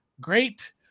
great